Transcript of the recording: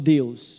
Deus